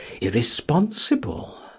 irresponsible